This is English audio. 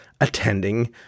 attending